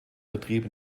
vertrieb